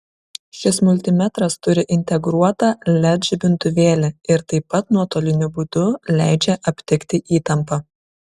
šis multimetras turi integruotą led žibintuvėlį ir taip pat nuotoliniu būdu leidžia aptikti įtampą